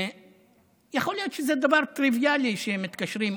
יכול להיות שזה דבר טריוויאלי שמתקשרים,